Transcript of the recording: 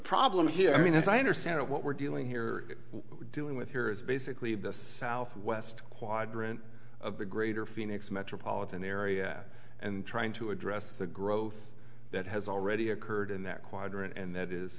problem here i mean as i understand it what we're dealing here doing with here is basically the southwest quadrant of the greater phoenix metropolitan area and trying to address the growth that has already occurred in that quadrant and that is